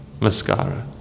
Mascara